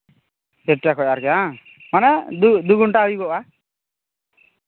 ᱰᱮᱹᱴᱴᱟ ᱠᱷᱚᱱ ᱟᱨᱠᱤ ᱵᱟᱝ ᱢᱟᱱᱮ ᱫᱩ ᱜᱷᱚᱱᱴᱟ ᱦᱩᱭᱩᱜᱚᱜᱼᱟ